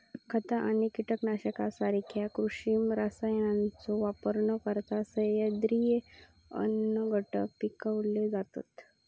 खता आणि कीटकनाशकांसारख्या कृत्रिम रसायनांचो वापर न करता सेंद्रिय अन्नघटक पिकवले जातत